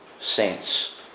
saints